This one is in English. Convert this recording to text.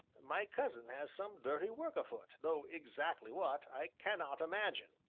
my cousin has some dirty work afoot, though exactly what, i cannot imagine.